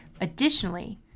Additionally